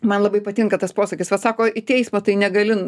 man labai patinka tas posakis vat sako į teismą tai negali